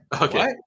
Okay